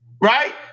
right